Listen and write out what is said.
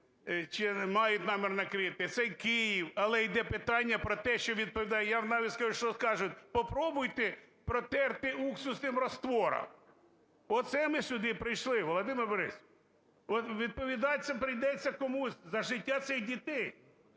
чи мають намір закрити, це Київ. Але йде питання про те, що відповідає... Я вам навіть скажу, що скажуть: попробуйте протерти уксусным раствором. Оце ми сюди прийшли, Володимир Борисович, відповідати прийдеться комусь за життя цих дітей.